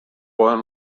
will